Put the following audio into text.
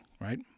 Right